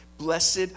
Blessed